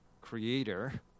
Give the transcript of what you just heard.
creator